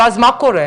ואז מה קורה?